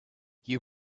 you